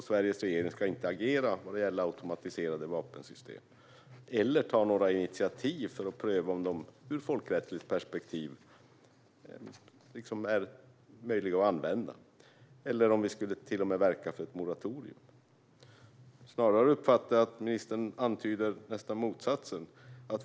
Sveriges regering ska inte agera vad gäller automatiserade vapensystem eller ta några initiativ för att pröva om de ur folkrättsligt perspektiv är möjliga att använda eller om vi till och med skulle verka för ett moratorium. Jag uppfattar det som att ministern antyder nästan motsatsen.